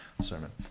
sermon